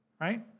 right